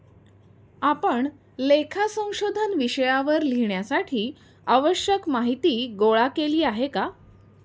आपण लेखा संशोधन विषयावर लिहिण्यासाठी आवश्यक माहीती गोळा केली आहे का?